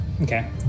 Okay